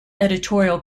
editorial